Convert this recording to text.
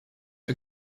you